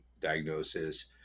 diagnosis